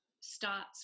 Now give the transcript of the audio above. starts